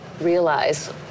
realize